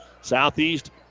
Southeast